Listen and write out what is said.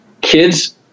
Kids